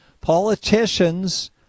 politicians